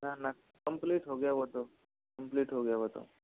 ना ना कम्पलीट हो गया वो तो कम्पलीट हो गया वो तो